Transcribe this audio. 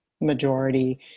majority